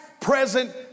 present